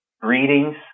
greetings